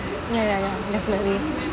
ya ya ya definitely